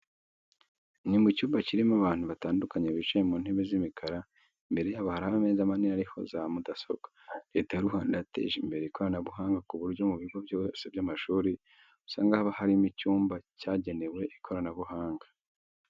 Ni mu cyumba kirimo abantu batandukanye bicaye mu ntebe z'imikara, imbere yabo hari ameza manini ariho za mudasobwa. Leta y'u Rwanda yateje imbere ikoranabuhanga ku buryo mu bigo byose by'amashuri usanga haba harimo icyumba cyagenewe ikoranabuhanga.